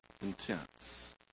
intense